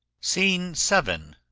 scene seven.